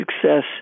success